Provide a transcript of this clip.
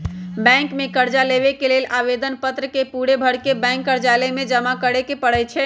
bank से कर्जा लेबे के लेल आवेदन पत्र के पूरे भरके बैंक कर्जालय में जमा करे के परै छै